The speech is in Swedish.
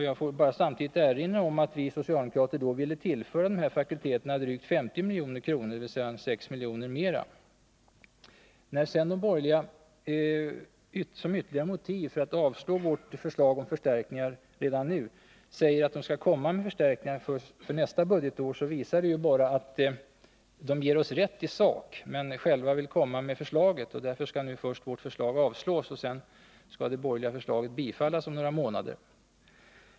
Jag får bara samtidigt erinra om att vi socialdemokrater då ville tillföra de här fakulteterna drygt 50 milj.kr., således 6 miljoner 55 När de borgerliga för det andra, som ytterligare motiv för att avstyrka vårt förslag om förstärkningar redan nu, säger att de skall komma med förstärkningar för nästa budgetår, visar det ju bara att de ger oss rätt i sak men själva vill komma med förslaget. Därför skall nu först vårt förslag avslås, och sedan skall det borgerliga bifallas om några månader.